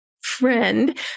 friend